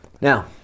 Now